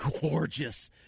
gorgeous –